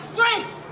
Strength